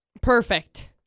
Perfect